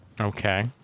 Okay